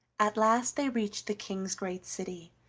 at last they reached the king's great city,